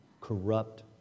corrupt